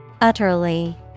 Utterly